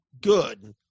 good